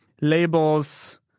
labels